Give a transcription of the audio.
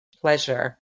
pleasure